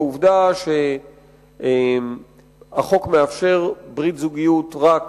בעובדה שהחוק מאפשר ברית זוגיות רק